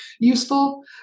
useful